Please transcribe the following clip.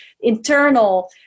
internal